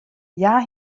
hja